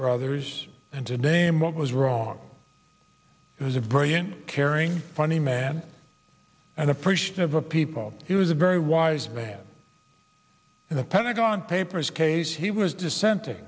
brothers and today and what was wrong was a brilliant caring funny man and appreciative of people he was a very wise man in the pentagon papers case he was dissenting